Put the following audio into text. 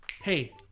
Hey